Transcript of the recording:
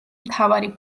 მთავარი